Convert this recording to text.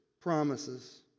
promises